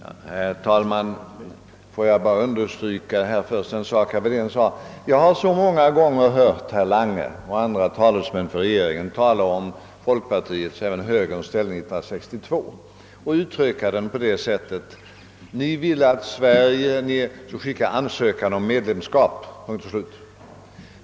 Herr talman! Låt mig först understryka ett uttalande av herr Wedén. Jag har många gånger hört herr Lange och andra talesmän för regeringen yttra sig om folkpartiets och högerns inställning 1962 på ungefär följande sätt: Ni ville att Sverige Iskulle skicka en ansökan om medlemskap — punkt och slut.